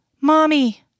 Mommy